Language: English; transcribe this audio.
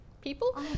people